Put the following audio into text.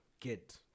get